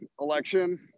Election